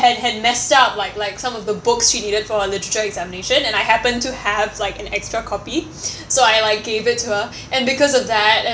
had had messed up like like some of the books she needed for her literature examination and I happened to have like an extra copy so I like gave it to her and because of that